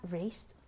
raised